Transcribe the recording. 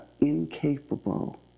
incapable